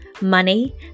money